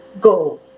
go